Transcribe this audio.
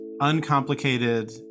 uncomplicated